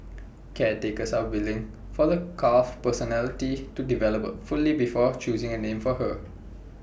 caretakers are waning for the calf's personality to develop fully before choosing A name for her